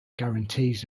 guarantees